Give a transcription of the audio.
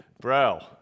bro